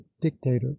dictator